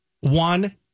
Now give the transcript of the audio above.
one